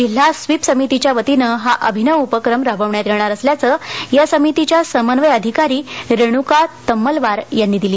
जिल्हा स्वीप समितीच्या वतीने हा अभिनव उपक्रम राबविण्यात येणार असल्याचे या समितीच्या समन्वय अधिकारी रेणुका तम्मलवार यांनी दिली